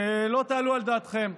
שלא תעלו על דעתכם: